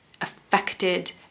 affected